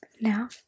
Now